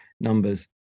numbers